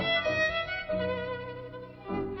er